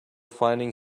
finding